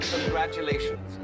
Congratulations